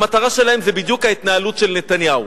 המטרה שלהם היא בדיוק ההתנהלות של נתניהו: